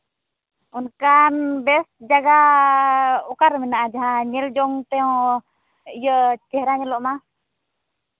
ᱚᱱᱠᱟᱱ ᱵᱮᱥ ᱡᱟᱭᱜᱟ ᱚᱠᱟᱨᱮ ᱢᱮᱱᱟᱜᱼᱟ ᱡᱟᱦᱟᱸ ᱧᱮᱞ ᱡᱚᱝ ᱛᱮᱦᱚᱸ ᱪᱮᱦᱨᱟ ᱧᱮᱞᱚᱜ ᱢᱟ